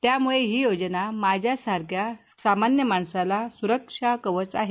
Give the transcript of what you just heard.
त्यामुळे ही योजना माझ्यासारख्या सामान्य माणसाला सुरक्षा कवच आहे